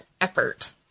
effort